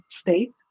state